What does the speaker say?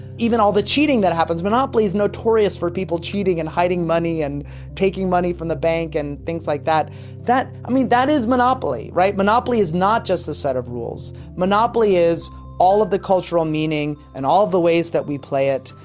even all the cheating that happens, monopoly is notorious for people cheating and hiding money and taking money from the bank and things like that that. i mean that is monopoly, right? monopoly is not just a set of rules. monopoly is all of the cultural meaning, and all the ways that we play it,